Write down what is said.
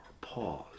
pause